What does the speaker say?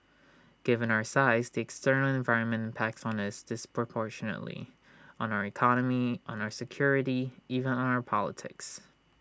given our size the external environment impacts for us disproportionately on our economy on our security even on our politics